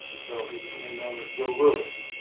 so he became known as joe louis.